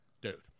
dude